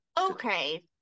okay